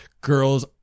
girls